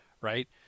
right